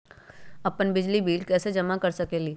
हम अपन बिजली बिल कैसे जमा कर सकेली?